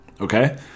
okay